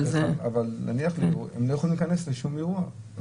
אבל הם לא יכולים להיכנס לשום אירוע.